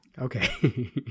Okay